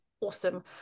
Awesome